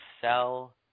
sell